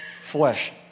flesh